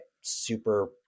super